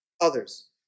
others